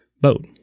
boat